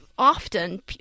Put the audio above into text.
Often